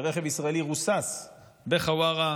כשרכב ישראלי רוסס בחווארה,